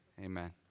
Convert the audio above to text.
amen